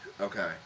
Okay